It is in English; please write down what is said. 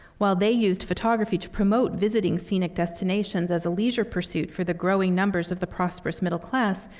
while they used photography to promote visiting scenic destinations as a leisure pursuit for the growing numbers of the prosperous middle class,